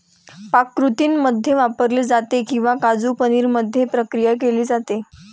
पाककृतींमध्ये वापरले जाते किंवा काजू पनीर मध्ये प्रक्रिया केली जाते